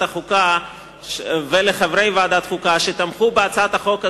החוקה ולחברי ועדת החוקה שתמכו בהצעת החוק הזאת,